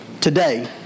today